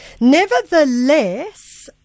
Nevertheless